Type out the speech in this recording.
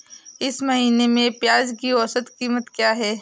इस महीने में प्याज की औसत कीमत क्या है?